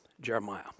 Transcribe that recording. Jeremiah